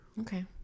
Okay